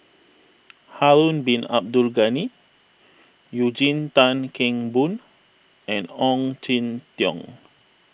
Harun Bin Abdul Ghani Eugene Tan Kheng Boon and Ong Jin Teong